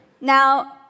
Now